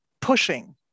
pushing